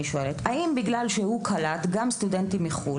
האם בגלל שהוא קלט גם סטודנטים מחו"ל,